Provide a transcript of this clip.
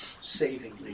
savingly